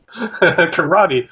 Karate